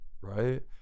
right